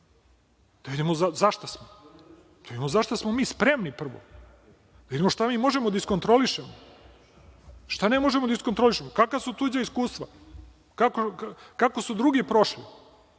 da vidimo za šta smo, da vidimo za šta smo mi spremni prvo, da vidimo šta možemo da iskontrolišemo, šta ne možemo da iskontrolišemo, kakva su tuđa iskustva, kako su drugi prošli. Ne